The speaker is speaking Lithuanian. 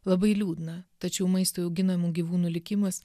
labai liūdna tačiau maistui auginamų gyvūnų likimas